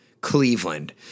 Cleveland